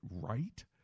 right